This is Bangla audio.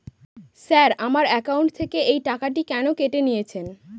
স্যার আমার একাউন্ট থেকে এই টাকাটি কেন কেটে নিয়েছেন?